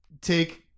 take